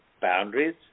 boundaries